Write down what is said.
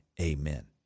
amen